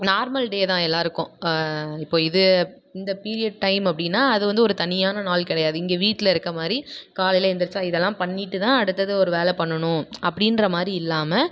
normal day தான் எல்லோருக்கும் இப்போது இது இந்த பீரியட் டைம் அப்படின்னா அது வந்து ஒரு தனியான நாள் கிடையாது இங்கே வீட்டில் இருக்கமாதிரி காலையில் எந்திரிச்சா இதெல்லாம் பண்ணிவிட்டுதான் அடுத்தது ஒரு வேலை பண்ணணும் அப்படின்ற மாதிரி இல்லாமல்